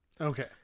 Okay